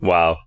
Wow